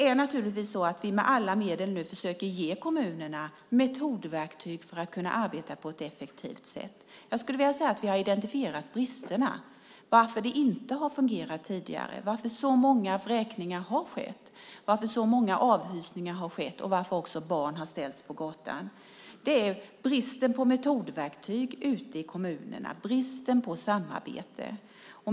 Nu försöker vi med alla medel att ge kommunerna metodverktyg för att de ska kunna arbeta på ett effektivt sätt. Jag skulle vilja säga att vi har identifierat bristerna, varför det inte har fungerat tidigare, varför så många vräkningar har skett, varför så många avhysningar har skett och varför också barn har ställts på gatan. Det handlar om bristen på metodverktyg ute i kommunerna och bristen på samarbete.